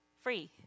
free